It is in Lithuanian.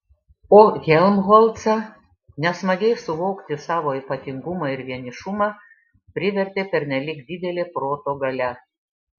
o helmholcą nesmagiai suvokti savo ypatingumą ir vienišumą privertė pernelyg didelė proto galia